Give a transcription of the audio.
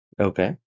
Okay